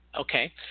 Okay